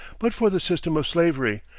but for the system of slavery,